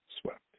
Swept